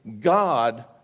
God